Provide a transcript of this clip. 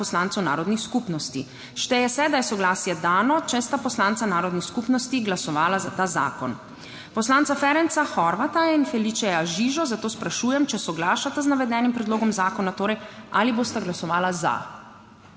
poslancev narodnih skupnosti. Šteje se, da je soglasje dano, če sta poslanca narodnih skupnosti glasovala za ta zakon. Poslanca Ferenca Horvátha in Feliceja Žižo zato sprašujem, če soglašata z navedenim predlogom zakona, torej ali bosta glasovala za.